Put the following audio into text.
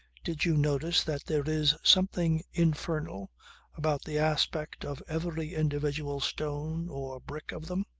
did you notice that there is something infernal about the aspect of every individual stone or brick of them,